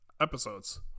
episodes